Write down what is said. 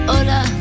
hola